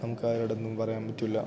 നമുക്ക് ആരോടും ഒന്നും പറയാൻ പറ്റില്ല